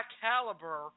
caliber